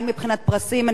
הן מבחינת פרסים,